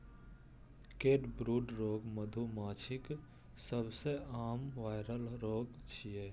sacbrood रोग मधुमाछीक सबसं आम वायरल रोग छियै